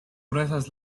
gruesas